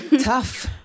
Tough